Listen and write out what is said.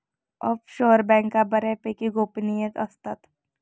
offshore बँका बऱ्यापैकी गोपनीय असतात